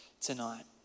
tonight